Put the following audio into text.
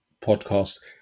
podcast